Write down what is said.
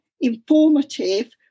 informative